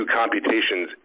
computations